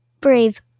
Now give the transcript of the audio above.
Brave